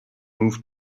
moved